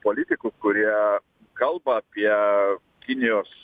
politikų kurie kalba apie kinijos